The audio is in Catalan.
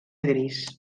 gris